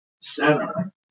center